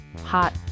hot